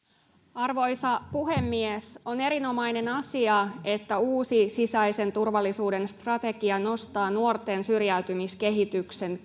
arvoisa puhemies on erinomainen asia että uusi sisäisen turvallisuuden strategia nostaa nuorten syrjäytymiskehityksen